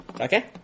Okay